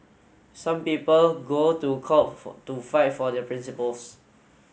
some people go to court to fight for their principles